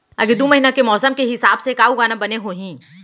आगे दू महीना के मौसम के हिसाब से का उगाना बने होही?